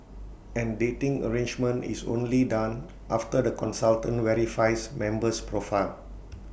and dating arrangement is only done after the consultant verifies member's profile